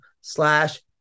slash